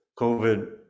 COVID